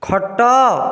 ଖଟ